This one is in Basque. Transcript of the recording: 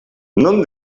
non